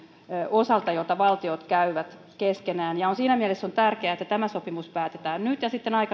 osalta joita valtioilla on keskenään siinä mielessä on tärkeää että tämä sopimus päätetään nyt ja sitten aikanaan